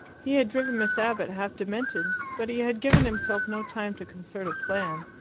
he had driven miss abbott half demented, but he had given himself no time to concert a plan.